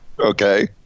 Okay